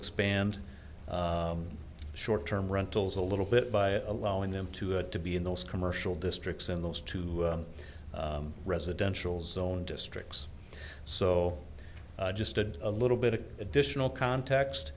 expand short term rentals a little bit by allowing them to it to be in those commercial districts in those two residential zone districts so just did a little bit of additional context